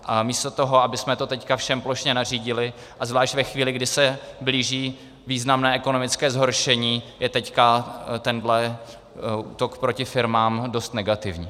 A místo toho, abychom to teď všem plošně nařídili, a zvlášť ve chvíli, kdy se blíží významné ekonomické zhoršení, je teď tento útok proti firmám dost negativní.